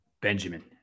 Benjamin